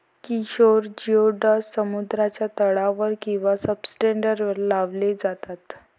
Kishore geoducks समुद्राच्या तळावर किंवा सब्सट्रेटवर लावले जातात